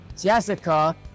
Jessica